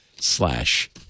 slash